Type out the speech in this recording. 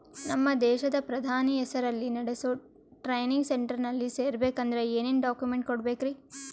ನಮ್ಮ ದೇಶದ ಪ್ರಧಾನಿ ಹೆಸರಲ್ಲಿ ನೆಡಸೋ ಟ್ರೈನಿಂಗ್ ಸೆಂಟರ್ನಲ್ಲಿ ಸೇರ್ಬೇಕಂದ್ರ ಏನೇನ್ ಡಾಕ್ಯುಮೆಂಟ್ ಕೊಡಬೇಕ್ರಿ?